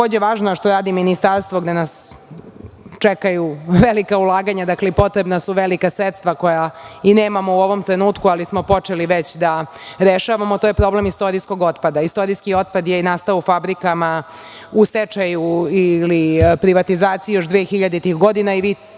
takođe važno, a što radi Ministarstvo gde nas čekaju velika ulaganja i potreba su velika sredstva koja i nemamo u ovom trenutku, ali smo počeli već da rešavamo. to je problem istorijskog otpada. Istorijski otpad je nastao u fabrikama u stečaju ili privatizaciji još 2000-ih godina i vi